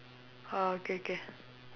orh okay K